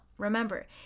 Remember